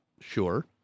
sure